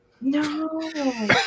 No